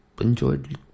enjoyed